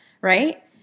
Right